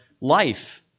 life